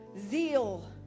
zeal